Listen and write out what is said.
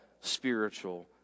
spiritual